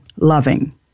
loving